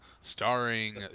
starring